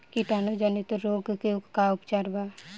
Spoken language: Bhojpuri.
कीटाणु जनित रोग के का उपचार बा?